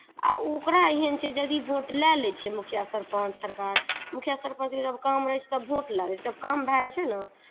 आ ओकरा एहन छै यदि भोट लए लै छै मुखिया सरपञ्च सरकार मुखिया सरपञ्च जब काम रहै छै तब भोट लए लै छै जब काम भऽ जाइ छै ने